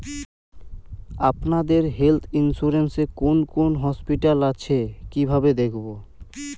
আপনাদের health insurance এ কোন কোন হসপিটাল আছে কিভাবে দেখবো?